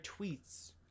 tweets